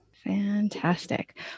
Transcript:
Fantastic